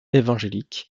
évangélique